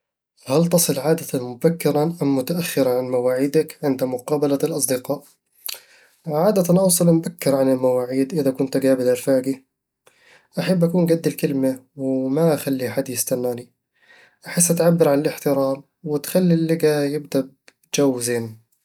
هل تصل عادةً مبكرًا أم متأخرًا عن مواعيدك عند مقابلة الأصدقاء؟ عادةً أوصل مبكر عن المواعيد إذا كنت اقابل رفاقي أحب أكون قد الكلمة وما أخلي حد يستناني أحسها تعبر عن الاحترام وتخلي اللقاء يبدأ بجو زين